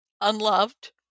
unloved